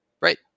Right